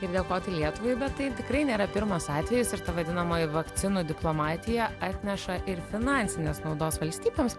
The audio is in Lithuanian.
ir dėkoti lietuvai bet tai tikrai nėra pirmas atvejis ir ta vadinamoji vakcinų diplomatija atneša ir finansinės naudos valstybėms